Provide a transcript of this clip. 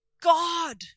God